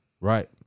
Right